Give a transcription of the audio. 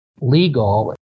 legal